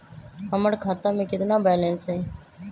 हमर खाता में केतना बैलेंस हई?